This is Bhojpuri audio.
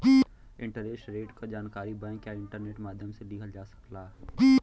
इंटरेस्ट रेट क जानकारी बैंक या इंटरनेट माध्यम से लिहल जा सकला